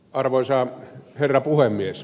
arvoisa herra puhemies